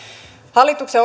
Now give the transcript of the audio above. hallituksen